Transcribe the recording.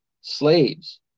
slaves